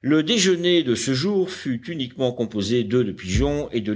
le déjeuner de ce jour fut uniquement composé d'oeufs de pigeon et de